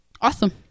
Awesome